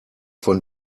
von